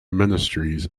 ministries